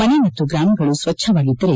ಮನೆ ಮತ್ತು ಗ್ರಾಮಗಳು ಸ್ವಜ್ಞವಾಗಿದ್ದರೆ